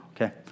okay